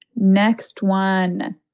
next one